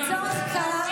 לצורך זה,